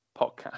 podcast